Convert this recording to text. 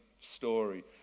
story